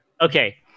okay